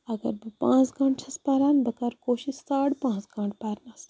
اگر بہٕ پانٛژھ گٲنٛٹہٕ چھَس پَران بہٕ کَرٕ کوٗشِش ساڑٕ پانٛژھ گٲنٛٹہٕ پَرنَس